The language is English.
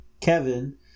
Kevin